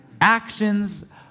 Actions